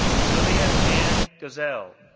julia ann gsell,